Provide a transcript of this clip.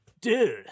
Dude